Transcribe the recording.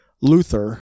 Luther